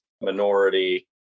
minority